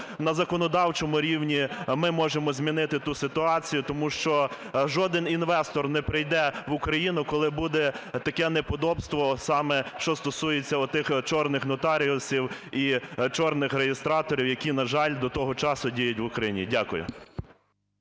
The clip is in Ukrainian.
на законодавчому рівні ми можемо змінити ту ситуацію? Тому що жоден інвестор не прийде в Україну, коли буде таке неподобство, саме що стосується отих "чорних" нотаріусів і "чорних" реєстраторів, які, на жаль, до того часу діють в Україні. Дякую.